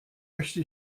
möchte